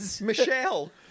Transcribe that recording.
Michelle